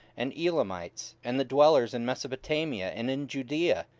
and elamites, and the dwellers in mesopotamia, and in judaea,